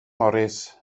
morris